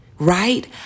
Right